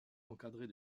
encadrée